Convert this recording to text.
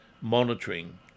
monitoring